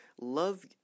love